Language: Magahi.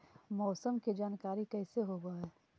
मौसमा के जानकारी कैसे होब है?